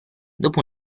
dopo